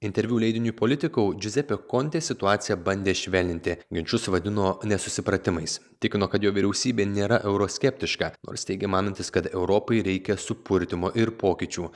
interviu leidiniui politikau džiuzepė kontė situaciją bandė šveninti ginčus vadino nesusipratimais tikino kad jo vyriausybė nėra euroskeptiška nors teigė manantis kad europai reikia supurtymo ir pokyčių